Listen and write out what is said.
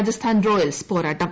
Rajasthan Royals പോരാട്ടം